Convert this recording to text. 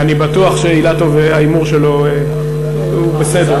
אני בטוח שאילטוב, ההימור שלו הוא בסדר.